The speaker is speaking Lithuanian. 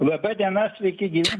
laba diena sveiki gyvi